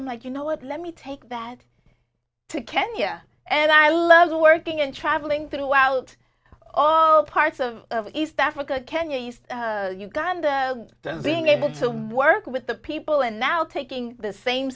i'm like you know what let me take that to kenya and i love working and traveling throughout all parts of east africa kenya east uganda being able to work with the people and now taking the same